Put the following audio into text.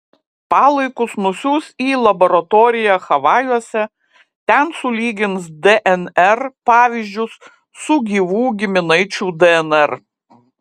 palaikus nusiųs į laboratoriją havajuose ten sulygins dnr pavyzdžius su gyvų giminaičių dnr